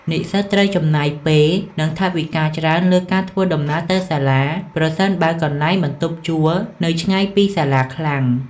និស្សិតត្រូវចំណាយពេល និងថវិកាច្រើនលើការធ្វើដំណើរទៅសាលា ប្រសិនបើកន្លែងបន្ទប់ជួលនៅឆ្ងាយពីសាលាខ្លាំង។